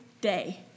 day